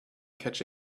catch